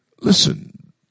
Listen